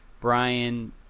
Brian